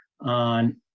on